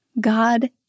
God